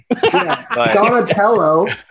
Donatello